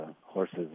horses